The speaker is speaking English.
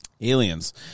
aliens